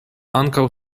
ankaŭ